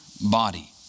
body